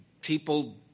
people